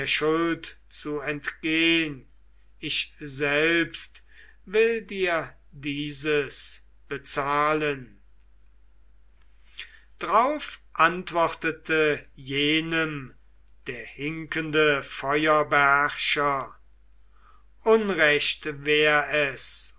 zu entgehn ich selbst will dir dieses bezahlen drauf antwortete jenem der hinkende feuerbeherrscher unrecht wär es